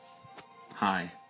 Hi